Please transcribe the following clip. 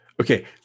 Okay